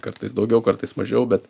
kartais daugiau kartais mažiau bet